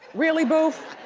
really, boof?